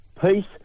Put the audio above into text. Peace